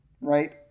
Right